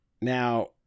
Now